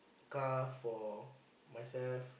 car for myself